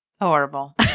horrible